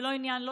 זה לא עניין, לא